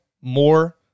more